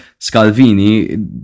Scalvini